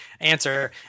answer